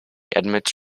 admits